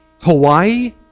Hawaii